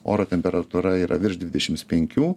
oro temperatūra yra virš dvidešims penkių